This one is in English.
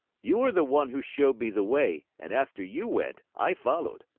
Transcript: you are the one who showed me the way and after you went, i followed.